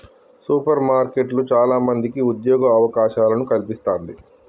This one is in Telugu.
సూపర్ మార్కెట్లు చాల మందికి ఉద్యోగ అవకాశాలను కల్పిస్తంది